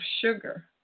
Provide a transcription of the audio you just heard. sugar